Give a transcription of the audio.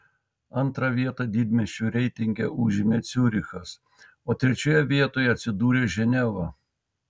antrą vietą didmiesčių reitinge užėmė ciurichas o trečioje vietoje atsidūrė ženeva